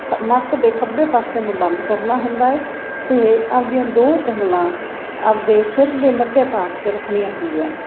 ਨੱਕ ਦੇ ਖੱਬੇ ਪਾਸੇ ਨੂੰ ਬੰਦ ਕਰਨਾ ਹੁੰਦਾ ਹੈ ਅਤੇ ਆਪਣੀਆਂ ਦੋ ਉਗਲਾਂ ਆਪਣੇ ਸਿਰ ਦੇ ਮੱਧਿਆ ਭਾਗ 'ਚ ਰੱਖਣੀਆਂ ਹੁੰਦੀਆਂ ਨੇ